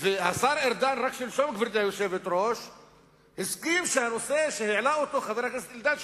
והשר ארדן רק שלשום הסכים שהנושא שהעלה חבר הכנסת אלדד,